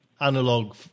Analog